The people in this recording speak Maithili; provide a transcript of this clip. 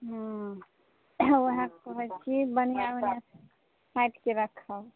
हँ ओएह कहैत छी बढ़िआँ बढ़िआँ छाँटिके रखब